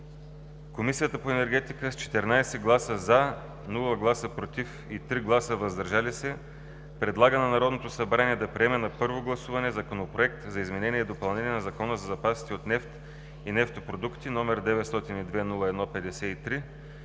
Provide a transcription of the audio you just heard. Комисията по енергетика с 14 гласа „за“, без гласове „против“ и 3 гласа „въздържал се“ предлага на Народното събрание да приеме на първо гласуване Законопроект за изменение и допълнение на Закона за запасите от нефт и нефтопродукти, № 902-01-53,